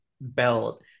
belt